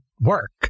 work